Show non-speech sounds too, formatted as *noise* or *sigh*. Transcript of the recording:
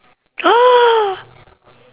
*noise*